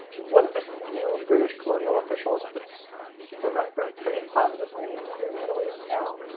one of the few british colonial officials that's remembered pretty positively in the middle east now